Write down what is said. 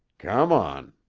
come on.